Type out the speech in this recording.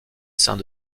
saint